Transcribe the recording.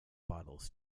bottles